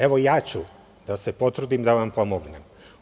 Evo ja ću da se potrudim da vam pomognem.